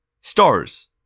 Stars